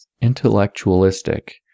Intellectualistic